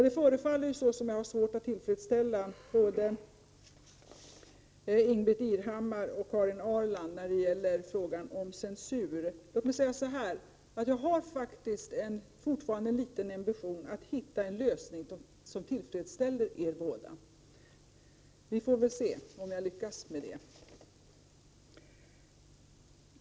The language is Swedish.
Det förefaller som om jag har svårt att tillfredsställa både Karin Ahrland och Ingbritt Irhammar i frågan om censur. Låt mig säga att jag faktiskt fortfarande har en liten ambition att hitta en lösning som tillfredsställer er båda. Vi får se om jag lyckas med det.